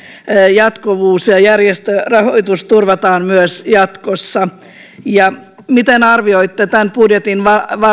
jatkuvuus ja ja järjestörahoitus turvataan myös jatkossa miten arvioitte tämän budjetin